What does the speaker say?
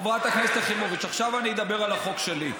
חברת הכנסת יחימוביץ, עכשיו אני אדבר על החוק שלי.